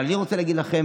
אבל אני רוצה להגיד לכם,